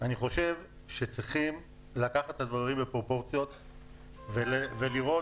שצריך לקחת את הדברים בפרופורציות ולראות